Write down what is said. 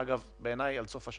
זה חייב להיות.